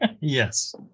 Yes